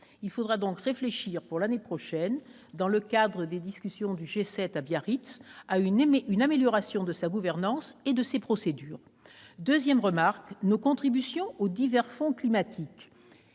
Il faudra donc réfléchir l'année prochaine, dans le cadre des discussions du G7 à Biarritz, à une amélioration de sa gouvernance et de ses procédures. Deuxième remarque : nos contributions aux divers fonds climatiques